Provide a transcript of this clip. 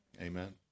Amen